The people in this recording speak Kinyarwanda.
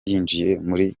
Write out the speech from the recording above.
muri